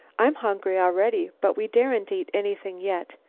i'm hungry already, but we daren't eat anything yet.